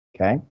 okay